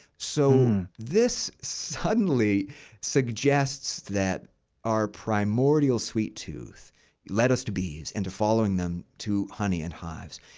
so, this suddenly suggests that our primordial sweet tooth led us to bees and to following them to honey and hives.